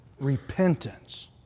repentance